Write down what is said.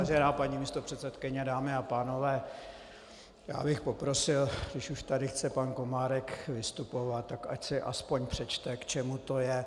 Vážená paní místopředsedkyně, dámy a pánové, poprosil bych, když už tady chce pan Komárek vystupovat, tak ať si aspoň přečte, k čemu to je.